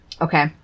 Okay